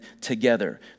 together